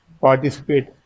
participate